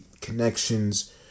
connections